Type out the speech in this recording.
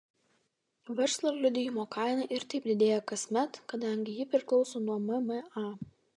verslo liudijimo kaina ir taip didėja kasmet kadangi ji priklauso nuo mma